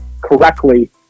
correctly